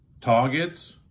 targets